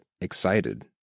excited